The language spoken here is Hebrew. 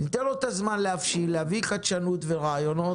ניתן לו את הזמן להבשיל, להביא חדשנות ורעיונות.